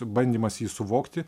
bandymas jį suvokti